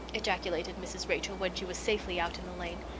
ejaculated mrs. rachel when she was safely out in the lane.